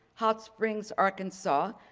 hot springs, arkansas,